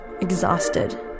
exhausted